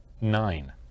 nine